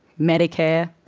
medicare,